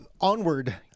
onward